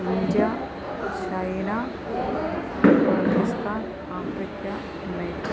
India China Pakistan Africa Oman